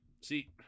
See –